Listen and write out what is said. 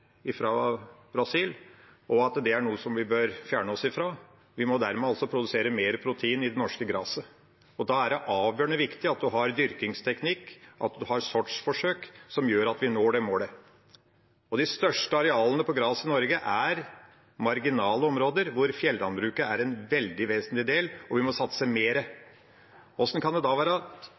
og at det er noe vi bør fjerne oss fra. Vi må dermed produsere mer protein i det norske graset. Da er det avgjørende viktig at en har dyrkingsteknikk og sortsforsøk som gjør at vi når det målet. De største arealene med gras i Norge er marginale områder, hvor fjellandbruket er en veldig vesentlig del hvor vi må satse mer. Hvordan kan det da være